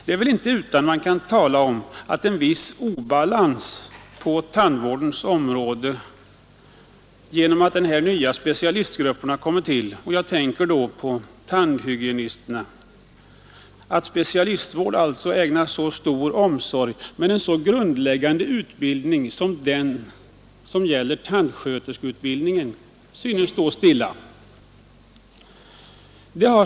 Det är väl inte utan att man kan tala om en viss obalans på tandvårdens område genom att nya specialistgrupper kommer till — jag tänker då särskilt på tandhygienisterna — medan en så grundläggande utbildning som tandsköterskeutbildningen synes stå stilla.